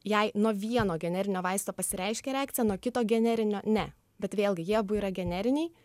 jai nuo vieno generinio vaisto pasireiškė reakcija nuo kito generinio ne bet vėlgi jie abu yra generiniai